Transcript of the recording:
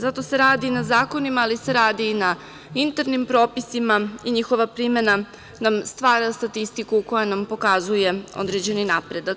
Zato se radi na zakonima, ali se radi i na internim propisima i njihova primena nam stvara statistiku koja nam pokazuje određeni napredak.